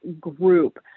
group